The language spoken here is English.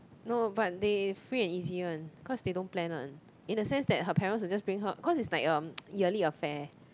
no but they free and easy one cause they don't plan one in the sense that her parents will just bring her cause it's like a yearly affair